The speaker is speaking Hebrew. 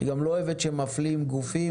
היא גם לא אוהבת שמפלים גופים,